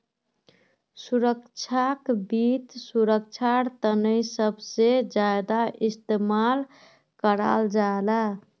सुरक्षाक वित्त सुरक्षार तने सबसे ज्यादा इस्तेमाल कराल जाहा